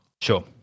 Sure